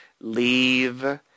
Leave